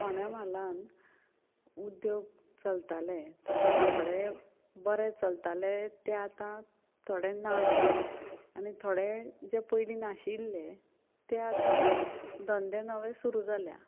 फोंड्या म्हालांत उद्द्योग चलतालें तातूंत थोडे बरें चलताले ते आतां थोडे ना जाल्या आनी थोडे जे पयलीं नाशिल्ले ते आतां धंदे नवे सुरू जाल्यात